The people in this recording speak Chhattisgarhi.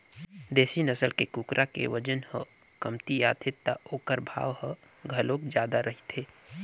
देसी नसल के कुकरा के बजन ह कमती आथे त ओखर भाव ह घलोक जादा रहिथे